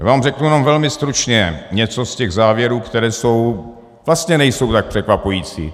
Já vám řeknu jen velmi stručně něco z těch závěrů, které jsou vlastně nejsou tak překvapující.